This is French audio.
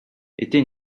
était